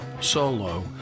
Solo